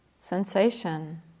Sensation